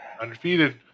Undefeated